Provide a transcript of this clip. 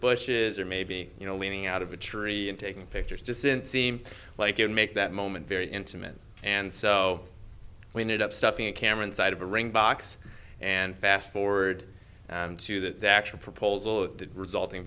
bush's or maybe you know leaning out of a tree and taking pictures just didn't seem like it make that moment very intimate and so we made up stuff in a camera inside of a ring box and fast forward to that the actual proposal resulting